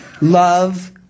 love